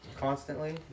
constantly